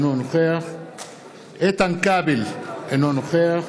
אינו נוכח איתן כבל, אינו נוכח